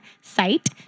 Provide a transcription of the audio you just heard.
site